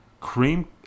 Cream